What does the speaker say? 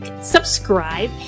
subscribe